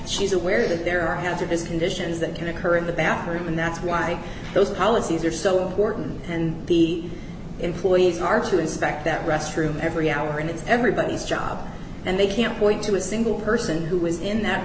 is aware that there are hazardous conditions that can occur in the bathroom and that's why those policies are so horton and the employees are to inspect that restroom every hour and it's everybody's job and they can't point to a single person who was in that